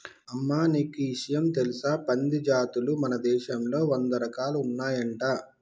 అమ్మ నీకు గీ ఇషయం తెలుసా పంది జాతులు మన దేశంలో వంద రకాలు ఉన్నాయంట